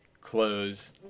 close